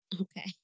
Okay